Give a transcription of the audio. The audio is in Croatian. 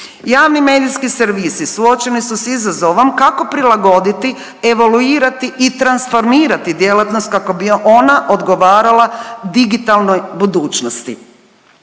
„Javni medijski servisi suočeni su sa izazovom kako prilagoditi, evoluirati i transformirati djelatnost kako bi ona odgovarala digitalnoj budućnosti.“